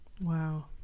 Wow